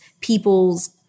people's